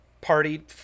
party